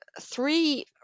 three